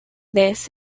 this